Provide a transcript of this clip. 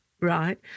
right